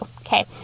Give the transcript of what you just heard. Okay